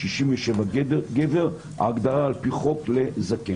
67 גבר ההגדרה על פי חוק לזקן.